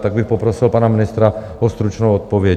Tak bych poprosil pana ministra o stručnou odpověď.